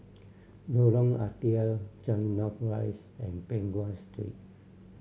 Lorong Ah Thia Changi North Rise and Peng Nguan Street